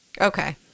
Okay